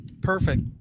perfect